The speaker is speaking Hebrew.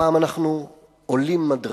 הפעם אנחנו עולים מדרגה: